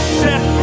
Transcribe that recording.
set